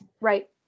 Right